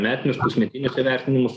metinius pusmetinius įvertinimus